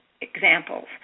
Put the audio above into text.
examples